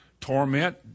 torment